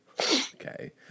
okay